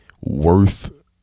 Worth